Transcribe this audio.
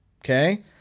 Okay